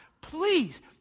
Please